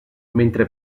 mentre